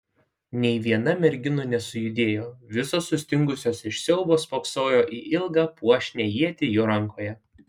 nė viena merginų nesujudėjo visos sustingusios iš siaubo spoksojo į ilgą puošnią ietį jo rankoje